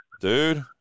dude